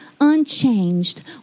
unchanged